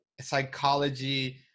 psychology